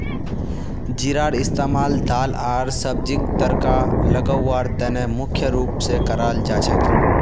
जीरार इस्तमाल दाल आर सब्जीक तड़का लगव्वार त न मुख्य रूप स कराल जा छेक